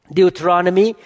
Deuteronomy